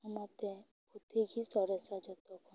ᱚᱱᱟᱛᱮ ᱯᱩᱛᱷᱤ ᱜᱮ ᱥᱚᱨᱮᱥᱼᱟ ᱡᱚᱛᱚ ᱠᱷᱚᱱ